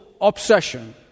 obsession